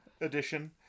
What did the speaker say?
edition